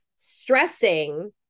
stressing